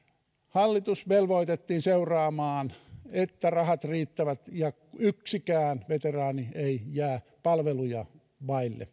hallitus velvoitettiin seuraamaan että rahat riittävät ja yksikään veteraani ei jää palveluja vaille